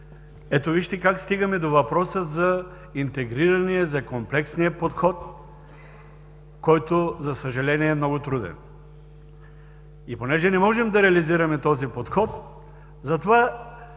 ето вижте как стигаме до въпроса за интегрирания, за комплексния подход, който, за съжаление, е много труден. И понеже не можем да реализираме този подход, затова